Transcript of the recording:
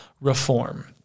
reform